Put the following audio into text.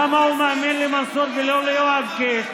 למה הוא מאמין למנסור ולא ליואב קיש?